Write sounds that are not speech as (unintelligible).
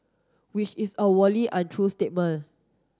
which is a (unintelligible) untrue statement